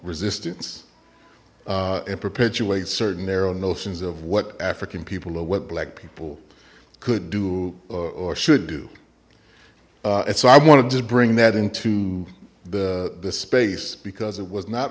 resistance and perpetuate certain their own notions of what african people or what black people could do or should do and so i want to just bring that into the the space because it was not